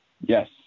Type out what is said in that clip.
Yes